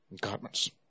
garments